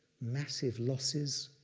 massive losses